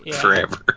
forever